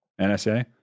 NSA